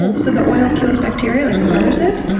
um so, the oil kills bacteria, like smothers it?